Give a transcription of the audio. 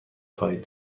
خواهید